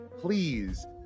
Please